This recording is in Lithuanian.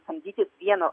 samdytis vieno